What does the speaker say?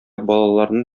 балаларны